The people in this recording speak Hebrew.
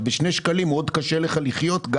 בשני שקלים קשה לך מאוד לך לחיות.